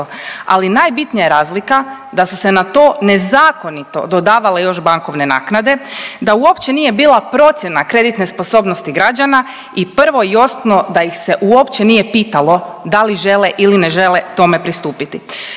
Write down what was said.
Ali najbitnija je razlika da su se na to nezakonito dodavale još bankovne naknade, da uopće nije bila procjena kreditne sposobnosti građana i prvo i osnovno da ih uopće nije pitalo da li žele ili ne žele tome pristupiti.